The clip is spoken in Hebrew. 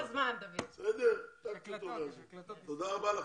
תודה רבה לכם.